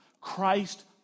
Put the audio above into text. Christ